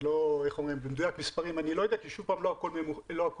לא הכל ממוכן,